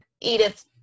Edith